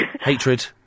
hatred